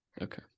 Okay